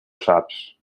saps